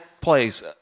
place